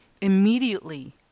immediately